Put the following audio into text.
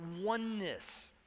oneness